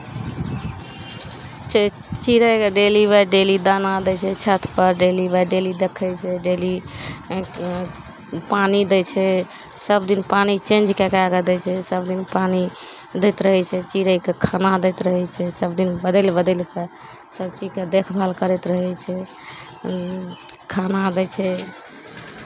चै चिड़ैकेँ daily by daily दाना दै छै छतपर डेली बाइ डेली देखै छै डेली पानि दै छै सभदिन पानि चेंज कए कए कऽ दै छै सभदिन पानि दैत रहै छै चिड़ैके खाना दैत रहै छै सभदिन बदलि बदलि कऽ सभ चीजके देखभाल करैत रहै छै खाना दै छै